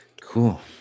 Cool